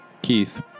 Keith